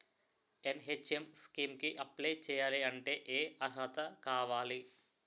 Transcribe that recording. NHM scheme కి apply చేయాలి అంటే ఏ అర్హత కావాలి?